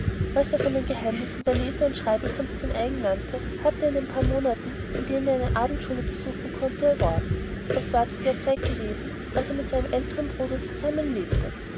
was er von den geheimnissen der lese und schreibekunst sein eigen nannte hatte er in ein paar monaten in denen er eine abendschule besuchen konnte erworben es war zu der zeit gewesen als er mit seinem älteren bruder zusammenlebte